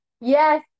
Yes